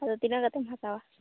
ᱟᱫᱚ ᱛᱤᱱᱟᱹᱜ ᱠᱟᱛᱮᱢ ᱦᱟᱛᱟᱣᱟ